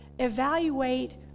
evaluate